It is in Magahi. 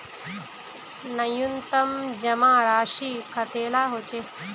न्यूनतम जमा राशि कतेला होचे?